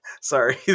Sorry